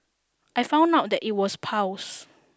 I found out that it was piles